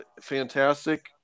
fantastic